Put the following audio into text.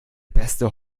beste